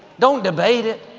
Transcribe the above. don't debate it,